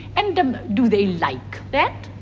and um do they like that?